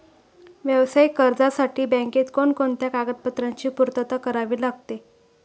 व्यावसायिक कर्जासाठी बँकेत कोणकोणत्या कागदपत्रांची पूर्तता करावी लागते?